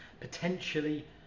potentially